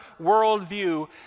worldview